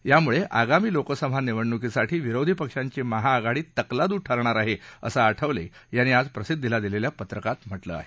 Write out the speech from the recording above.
त्यामुळे आगामी लोकसभा निवडणूकीसाठी विरोधी पक्षांची महाआघाडी तकलादू ठरणार आहे असं आठवले यांनी आज प्रसिद्धीला दिलेल्या पत्रकात म्हटलं आहे